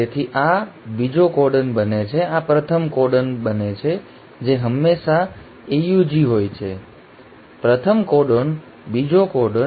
તેથી આ બીજો કોડોન બને છે આ પ્રથમ કોડોન બને છે જે હંમેશા AUG હોય છે પ્રથમ કોડોન બીજો કોડોન